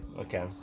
Okay